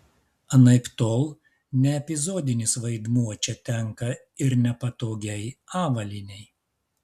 anaiptol ne epizodinis vaidmuo čia tenka ir nepatogiai avalynei